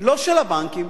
לא של הבנקים,